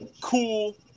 cool